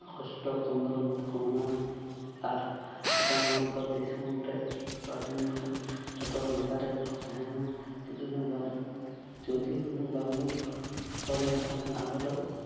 ᱚᱜᱚᱥᱴᱚ ᱯᱚᱸᱫᱽᱨᱚ ᱢᱮᱱ ᱛᱮᱠᱚ ᱢᱟᱱᱟᱣᱟ ᱟᱨ ᱟᱵᱚ ᱱᱚᱣᱟ ᱵᱷᱟᱨᱚᱛ ᱫᱤᱥᱚᱢ ᱨᱮ ᱥᱟᱹᱫᱷᱤᱱᱮᱱ ᱠᱷᱟᱱ ᱡᱚᱛᱚ ᱦᱚᱲ ᱱᱟᱯᱟᱭ ᱨᱮᱜᱮ ᱠᱚ ᱛᱟᱦᱮᱸᱭᱮᱱᱟ ᱡᱩᱫᱤ ᱵᱟᱭ ᱡᱩᱫᱤ ᱦᱩᱱᱟᱹᱝ ᱵᱟᱝ ᱵᱚᱱ ᱥᱟᱹᱫᱷᱤᱱ ᱠᱚᱜᱼᱟ ᱮᱱᱠᱷᱟᱱ ᱟᱵᱚᱫᱚ